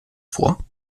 vor